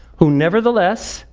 who nevertheless,